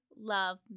love